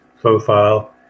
profile